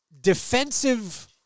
defensive